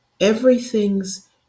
Everything's